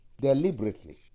deliberately